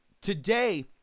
Today